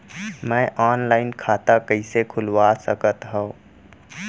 मैं ऑनलाइन खाता कइसे खुलवा सकत हव?